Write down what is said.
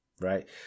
right